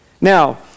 Now